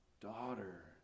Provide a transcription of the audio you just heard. daughter